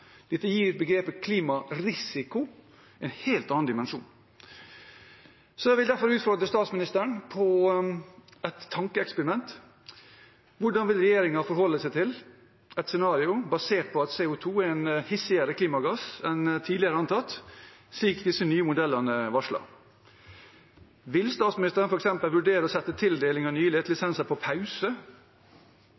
Dette gir begrepet «klimarisiko» en helt annen dimensjon. Jeg vil derfor utfordre statsministeren med et tankeeksperiment: Hvordan vil regjeringen forholde seg til et scenario basert på at CO 2 er en hissigere klimagass enn tidligere antatt, slik disse nye modellene har varslet? Vil statsministeren f.eks. vurdere å sette tildeling av